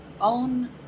own